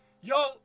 yo